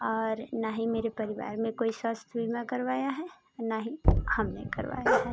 और न ही मेरे परिवार में कोई स्वास्थ बीमा करवाया है न ही हमने करवाया है